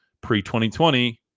pre-2020